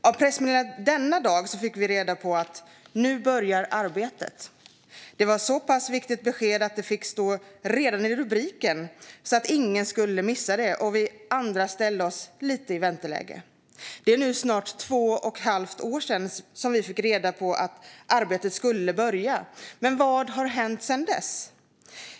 Av pressmeddelandet den dagen fick vi reda på att nu börjar arbetet. Det var ett så pass viktigt besked att det fick stå redan i rubriken, så att ingen skulle missa det. Vi andra ställde oss lite i vänteläge. Det är nu snart två och ett halvt år sedan som vi fick reda på att arbetet skulle börja. Men vad har hänt sedan dess?